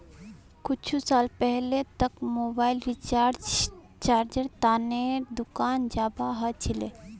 कुछु साल पहले तक मोबाइल रिचार्जेर त न दुकान जाबा ह छिले